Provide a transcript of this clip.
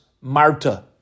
Marta